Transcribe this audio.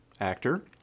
Actor